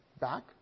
back